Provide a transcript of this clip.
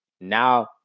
now